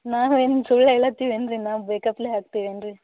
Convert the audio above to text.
ನಾವೇನು ಸುಳ್ಳು ಹೇಳಾತ್ತೀವೇನು ರೀ ನಾವು ಬೇಕಾಪ್ಲೆ ಹಾಕ್ತೀವೇನು ರೀ